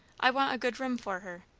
i want a good room for her,